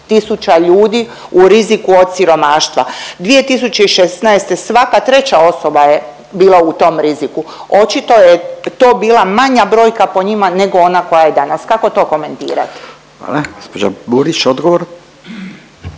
tisuća ljudi u riziku od siromaštva, 2016. svaka treća osoba je bila u tom riziku, očito je to bila manja brojka po njima nego ona koja je danas, kako to komentirati? **Radin, Furio